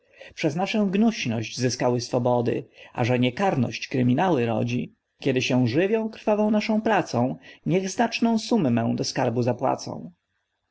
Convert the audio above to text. naszę gnuśność zyskały swobody a że niekarność kryminały rodzi kiedy się żywią krwawą naszą pracą niech znaczną summę do skarbu zapłacą